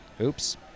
Oops